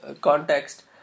context